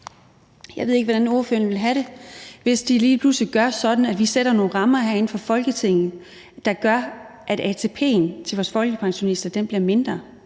Jeg ved ikke, hvordan ordføreren ville have det, hvis vi lige pludselig sætter nogle rammer herinde fra Folketinget, der gør, at ATP'en til vores folkepensionister bliver mindre.